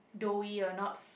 doughy or not